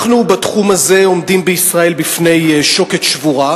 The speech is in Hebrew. בתחום הזה אנחנו עומדים בישראל בפני שוקת שבורה,